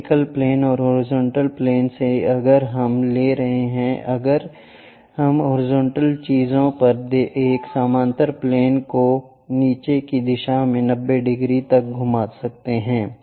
vertical plane और horizontal plane से अगर हम ले रहे हैं अगर हम हॉरिजॉन्टल चीज़ पर एक समानांतर प्लेन को नीचे की दिशा में 90 डिग्री तक घुमा सकते हैं